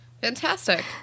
Fantastic